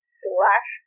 slash